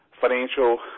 financial